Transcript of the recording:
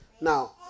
Now